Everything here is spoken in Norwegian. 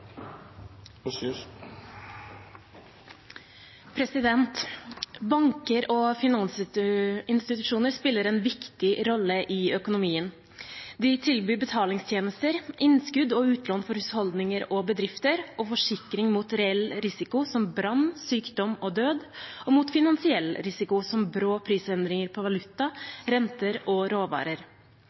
Finanstilsynet. Banker og finansinstitusjoner spiller en viktig rolle i økonomien. De tilbyr betalingstjenester, innskudd og utlån for husholdninger og bedrifter og forsikring mot reell risiko, som brann, sykdom og død, og mot finansiell risiko, som brå prisendringer på valuta, renter og råvarer.